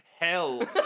hell